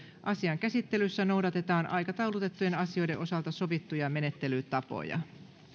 asian käsittelyssä noudatetaan aikataulutettujen asioiden osalta sovittuja menettelytapoja